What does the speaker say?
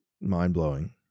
mind-blowing